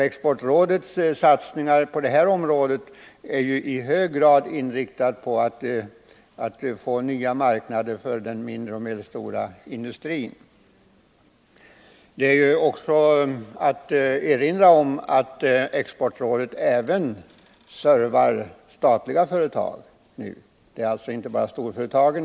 Exportrådets satsningar är ju i hög grad inriktade på att skapa nya marknader för de mindre och medelstora industriföretagen. Jag vill erinra om att Exportrådet skall ge service även åt statliga myndigheter och företag.